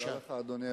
אדוני היושב-ראש,